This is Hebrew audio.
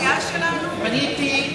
אני רק מציין עובדה.